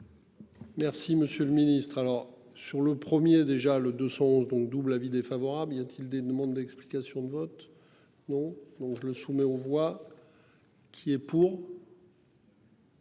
monsieur le ministre. Alors sur le premier déjà le sens donc double avis défavorable, y a-t-il des demandes d'explications de vote. Non donc le soumet aux voix. Qui est pour.